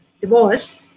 divorced